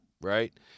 Right